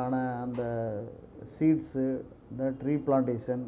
ஆன அந்த சீட்ஸ்ஸு அந்த ட்ரீ ப்ளான்டேஷன்